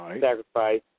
sacrifice